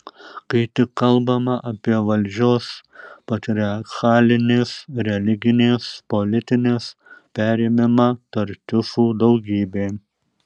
kai tik kalbama apie valdžios patriarchalinės religinės politinės perėmimą tartiufų daugybė